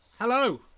Hello